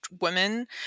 women